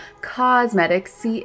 Cosmetics